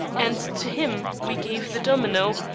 and to him we gave the domino,